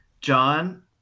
John